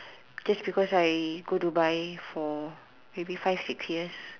just because I go Dubai for maybe five six years